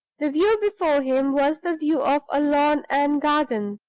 the view before him was the view of a lawn and garden.